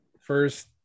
First